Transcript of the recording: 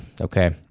Okay